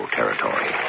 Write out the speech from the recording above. Territory